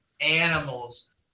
animals